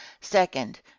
second